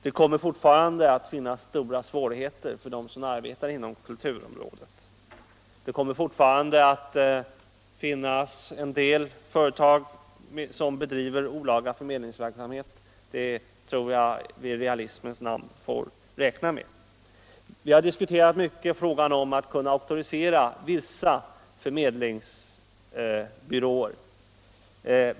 Det kommer fortfarande att finnas stora svårigheter för dem som arbetar inom kulturområdet. Och att en del företag fortfarande bedriver olaga förmedlingsverksamhet, det tror jag att vi i realismens namn får räkna med. Utskottet har mycket diskuterat frågan om att kunna auktorisera vissa förmedlingsbyråer.